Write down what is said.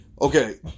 Okay